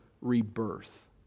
rebirth